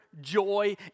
joy